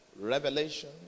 revelation